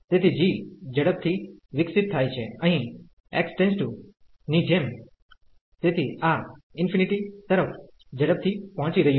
તેથી g ઝડપથી વિકસિત થાય છે અહીં x → ની જેમ તેથી આ ઇન્ફિનિટી તરફ ઝડપથી પહોંચી રહ્યું છે